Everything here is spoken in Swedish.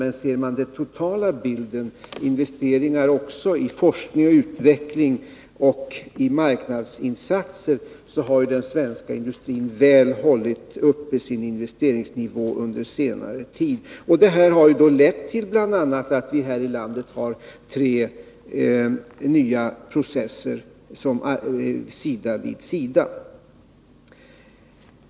Men ser man den totala bilden — investeringar också i forskning och utveckling och i marknadsinsatser — finner man att den svenska industrin väl har hållit uppe sin investeringsnivå under senare tid. Det har lett till bl.a. att vi här i landet har fått fram tre nya råjärnsprocesser, som utvecklas sida vid sida.